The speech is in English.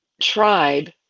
tribe